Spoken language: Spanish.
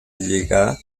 llega